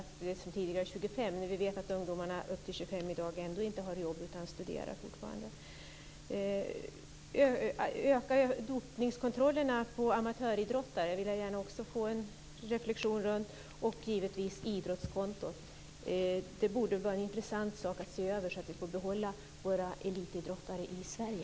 25 till 20 år, trots att ungdomar upp till 25 års ålder i dag inte har jobb utan fortfarande studerar. Jag vill gärna också få en reflexion i frågorna om dopningskontroller på amatöridrottare och om idrottskonto. Detta borde vara intressant att studera, så att vi får behålla våra elitidrottare i Sverige.